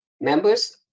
Members